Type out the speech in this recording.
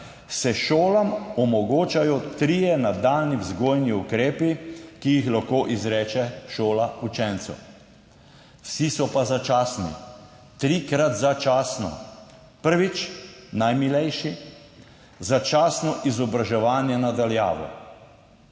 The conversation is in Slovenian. se šolam omogočajo trije nadaljnji vzgojni ukrepi, ki jih lahko izreče šola učencu. Vsi so pa začasni. Trikrat začasno. Prvič, najmilejši: začasno izobraževanje na daljavo.